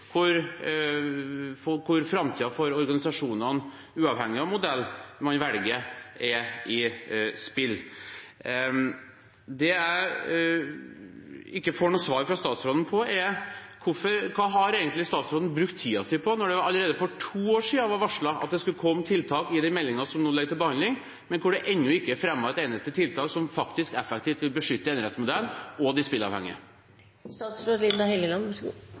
hvor framtiden for organisasjonene, uavhengig av hvilken modell man velger, er i spill. Det jeg ikke får noe svar fra statsråden på, er: Hva har egentlig statsråden brukt tiden sin på – når det allerede for to år siden ble varslet at det skulle komme tiltak i den meldingen som nå ligger til behandling, men hvor det ennå ikke er fremmet et eneste tiltak som faktisk effektivt vil beskytte enerettsmodellen og de